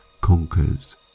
conquers